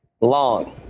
long